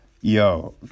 Yo